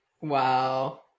wow